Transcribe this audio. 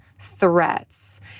threats